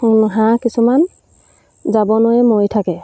হাঁহ কিছুমান যাব নোৱাৰি মৰি থাকে